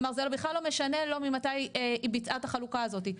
כלומר זה בכלל לא משנה ממתי היא ביצעה את החלוקה הזאת.